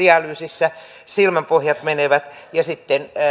dialyysissä silmänpohjat menevät ja sitten